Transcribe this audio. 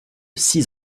six